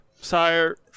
sire